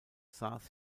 saß